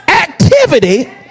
activity